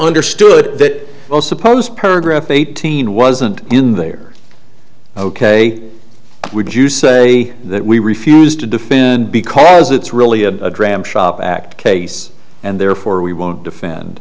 understood that all suppose paragraph eighteen wasn't in there ok would you say that we refused to defend because it's really a dram shop act case and therefore we won't defend